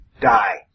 die